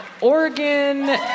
Oregon